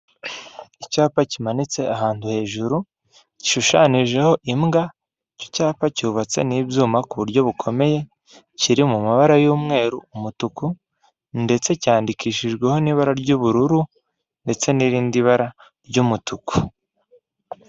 Icyapa kimanitse ahantu hejuru gishushanyijeho imbwa, icyo cyapa cyubatsi n'ibyuma ku buryo bukomeye, kiri mu mabara y'umweru, umutuku ndetse cyandikishijweho n'ibara ry'ubururu ndetse n'irindi bara ry'umutuku.